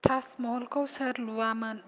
टाज महलखौ सोर लुआमोन